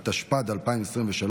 התשפ"ד 2023,